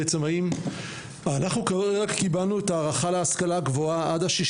אנחנו קיבלנו את ההארכה להשכלה הגבוהה עד ה-6